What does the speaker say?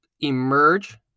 emerge